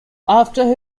after